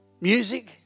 music